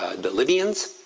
the libyans,